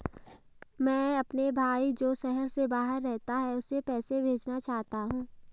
मैं अपने भाई जो शहर से बाहर रहता है, उसे पैसे भेजना चाहता हूँ